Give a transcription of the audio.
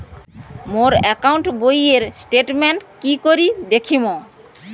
মোর account বইয়ের statement কি করি দেখিম?